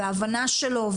והבנה שלו,